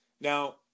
Now